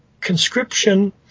conscription